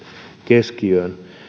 keskiöön